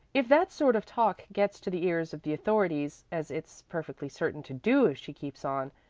if that sort of talk gets to the ears of the authorities as it's perfectly certain to do if she keeps on,